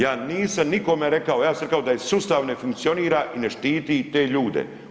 Ja nisam nikome rekao, ja sam rekao da sustav ne funkcionira i ne štiti te ljude.